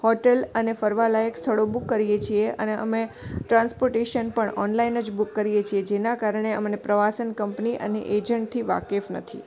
hotel અને ફરવાલાયક સ્થળો બૂક કરીએ છીએ અને અમે ટ્રાન્સપોટેશન પણ ઑનલાઇન જ બૂક કરીએ છીએ જેનાં કારણે અમને પ્રવાસન કંપની અને એજન્ટથી વાકેફ નથી